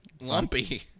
Lumpy